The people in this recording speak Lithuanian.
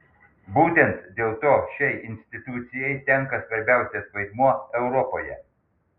būtent dėl to šiai institucijai tenka svarbiausias vaidmuo europoje